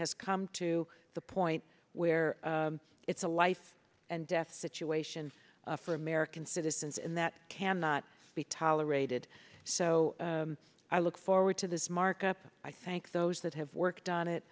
has come to the point where it's a life and death situation for american citizens and that cannot be tolerated so i look forward to this markup i thank those that have worked on